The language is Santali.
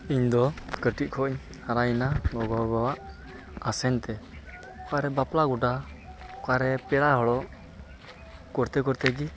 ᱤᱧᱫᱚ ᱠᱟᱹᱴᱤᱡ ᱠᱷᱚᱡ ᱤᱧ ᱦᱟᱨᱟᱭᱮᱱᱟ ᱜᱚᱼᱵᱟᱵᱟᱣᱟᱜ ᱟᱥᱮᱱ ᱛᱮ ᱚᱠᱟᱨᱮ ᱵᱟᱯᱞᱟ ᱜᱚᱰᱟ ᱚᱠᱟᱨᱮ ᱯᱮᱲᱟ ᱦᱚᱲᱚᱜ ᱠᱚᱨᱛᱮ ᱠᱚᱨᱛᱮ ᱜᱮ